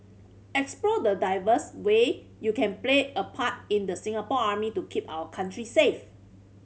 explore the diverse way you can play a part in the Singapore Army to keep our country safe